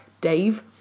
Dave